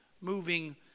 moving